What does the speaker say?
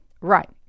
Right